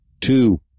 two